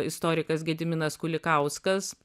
istorikas gediminas kulikauskas